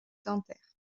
dentaire